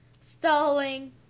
Stalling